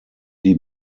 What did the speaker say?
die